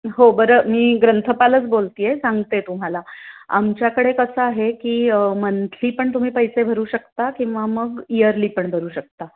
हो बरं मी ग्रंथपालच बोलत आहे सांगते तुम्हाला आमच्याकडे कसं आहे की मंथली पण तुम्ही पैसे भरू शकता किंवा मग इयरली पण भरू शकता